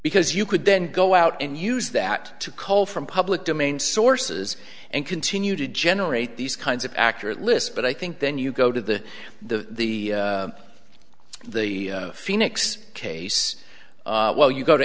because you could then go out and use that to cull from public domain sources and continue to generate these kinds of accurate lists but i think then you go to the the the phoenix case well you go to